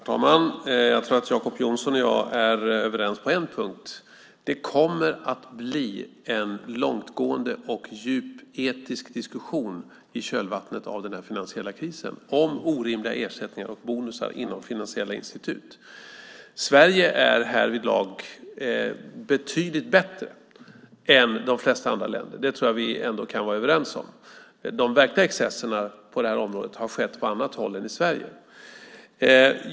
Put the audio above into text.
Herr talman! Jag tror att Jacob Johnson och jag är överens på en punkt: Det kommer att bli en långtgående och djup etisk diskussion, i kölvattnet av den finansiella krisen, om orimliga ersättningar och bonusar inom finansiella institut. Sverige är härvidlag betydligt bättre än de flesta andra länder; det tror jag ändå att vi kan vara överens om. De verkliga excesserna på detta område har skett på annat håll än i Sverige.